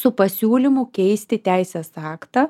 su pasiūlymu keisti teisės aktą